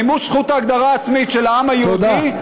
מימוש זכות ההגדרה העצמית של העם היהודי,